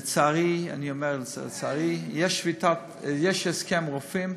לצערי, אני אומר, לצערי, יש הסכם רופאים,